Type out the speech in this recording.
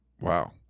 Wow